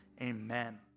amen